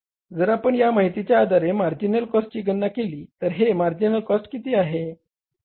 जर आपण या माहितीच्या आधारे मार्जिनल कॉस्टची गणना केली तर हे मार्जिनल कॉस्ट किती आहे